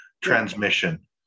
transmission